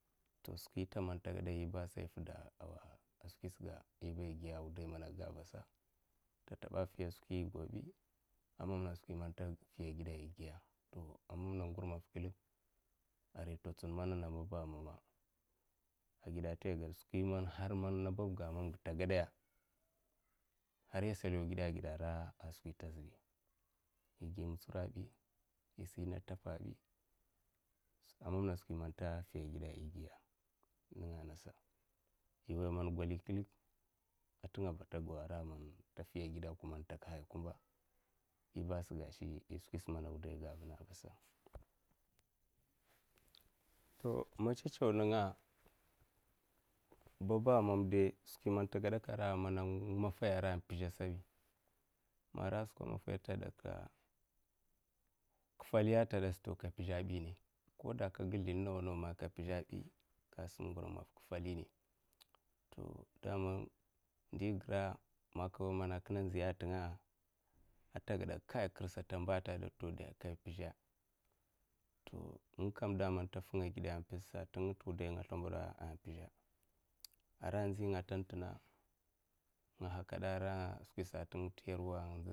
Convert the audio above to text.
To skwi inta man ta gedaya iyiba ai fida ai skwisga ai yiba igiya ai wudai mana gagga ai vasa'a, ta tuba fiya skwi igobi aman skwi man tafiya agida igiya to ai manna ngur maffa kuk arai ta tsun mananna babba ai mamma ai gidata iged skwi man har na babga ai mamga ta gudaya har isa law gida, ai. gida'a, igi mutsura abi isina tababi ai mamna skwi man tafiya'a, gida igiya'a iwai man gwali klik ai tingaba ai tago ai raman ai tafiya'a gida kuman intakahaya kumba yi basa gashi iskwisa mana wadaiga ai vana ai vasa to matsa tso ninga'a, babba ai mamdai skwi man tagedaka ai ra'a maffaiya ara pizha sabi maffai ta gudukka ka fali ata gudeksa to ka pizha ai bine koka gi sldin nawa nawa man ka pizhabine koda kagi sldin nawa nawa man ka pizhabi kasani ngur maffa ka faline to daman ndi ingra ai ai kina nziya tinga'a, ka karsata ba ai taguda tuda ka pizha to ngakam daman ta tinga ai gida pizhsa wudaing nga slimbada ai pizha ara skwisa ai tin ngta yirwa.